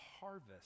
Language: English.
harvest